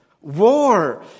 war